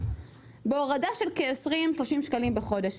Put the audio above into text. בהורדה של כ-20-30 שקלים בחודש.